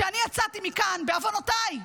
יצאתי מכאן, בעוונותיי.